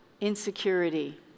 insecurity